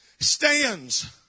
Stands